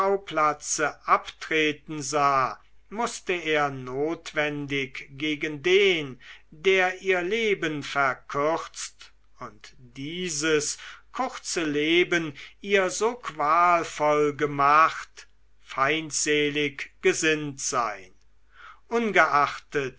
schauplatze abtreten sah mußte er notwendig gegen den der ihr leben verkürzt und dieses kurze leben ihr so qualvoll gemacht feindselig gesinnt sein ungeachtet